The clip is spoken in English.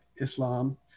Islam